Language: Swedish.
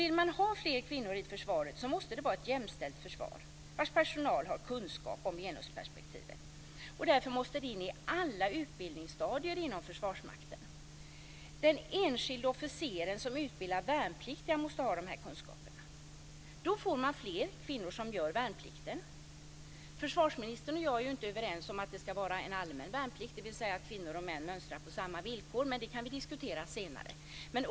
Vill man ha fler kvinnor i försvaret måste det vara ett jämställt försvar vars personal har kunskap om genusperspektivet. Därför måste det in i alla utbildningsstadier inom Försvarsmakten. Den enskilde officeren som utbildar värnpliktiga måste ha de här kunskaperna. Då får man också fler kvinnor som gör värnplikten. Försvarsministern och jag är ju inte överens om att det ska vara en allmän värnplikt, dvs. att kvinnor och män mönstrar på samma villkor, men det kan vi diskutera senare.